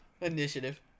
Initiative